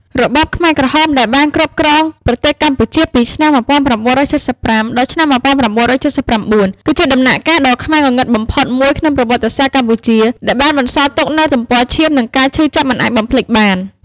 របបខ្មែរក្រហមដែលបានគ្រប់គ្រងប្រទេសកម្ពុជាពីឆ្នាំ១៩៧៥ ដល់ឆ្នាំ១៩៧៩ គឺជាដំណាក់កាលដ៏ខ្មៅងងឹតបំផុតមួយក្នុងប្រវត្តិសាស្ត្រកម្ពុជា ដែលបានបន្សល់ទុកនូវទំព័រឈាម និងការឈឺចាប់មិនអាចបំភ្លេចបាន។